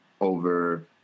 over